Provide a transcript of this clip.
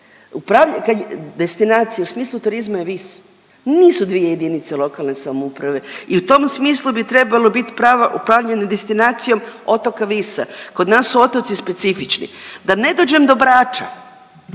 zid. Destinacija u smislu turizma je Vis, nisu dvije jedinice lokalne samouprave i u tom smislu bi trebalo biti upravljanje destinacijom otoka Visa. Kod nas su otoci specifični. Da ne dođem do Brača.